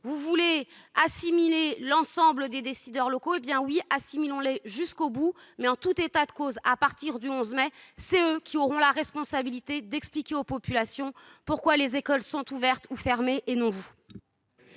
Vous voulez assimiler l'ensemble des décideurs locaux. Eh bien, oui, assimilons-les jusqu'au bout ! Mais, en tout état de cause, à partir du 11 mai, ce sont eux qui auront la responsabilité d'expliquer aux populations pourquoi les écoles sont ouvertes ou fermées et non vous.